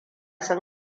sun